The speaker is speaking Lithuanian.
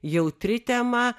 jautri tema